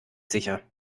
sicher